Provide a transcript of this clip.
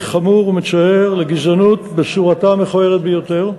חמור ומצער לגזענות בצורתה המכוערת ביותר.